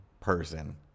person